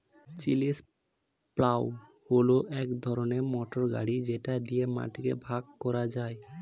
chisel plough হল এক ধরনের মোটর গাড়ি যেটা দিয়ে মাটিকে ভাগ করা যায়